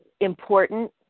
important